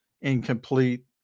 Incomplete